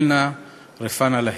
אל נא רפא נא להם.